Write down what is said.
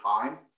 time